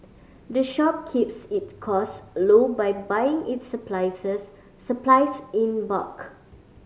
the shop keeps it cost low by buying its surprises supplies in bulk